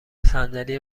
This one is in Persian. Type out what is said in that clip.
صندلی